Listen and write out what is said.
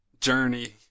Journey